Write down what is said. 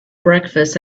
breakfast